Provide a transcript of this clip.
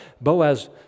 Boaz